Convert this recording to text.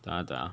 等 ah 等 ah